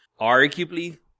arguably